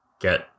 get